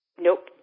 nope